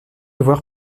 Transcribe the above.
voir